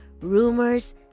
rumors